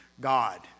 God